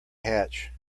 hatch